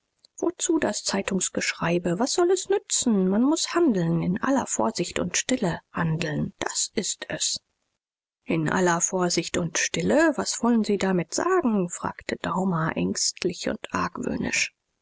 wozu das zeitungsgeschreibe was soll es nützen man muß handeln in aller vorsicht und stille handeln das ist es in aller vorsicht und stille was wollen sie damit sagen fragte daumer ängstlich und argwöhnisch